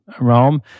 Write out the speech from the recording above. realm